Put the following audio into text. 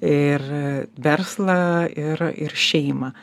ir verslą ir ir šeimą